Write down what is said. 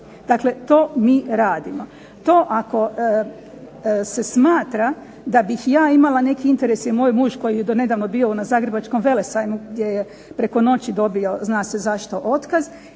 Dakle to mi radimo. To ako se smatra da bih ja imala neki interes, ili moj muž koji je donedavno bio na Zagrebačkom velesajmu gdje je preko noći dobio zna se zašto otkaz,